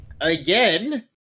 Again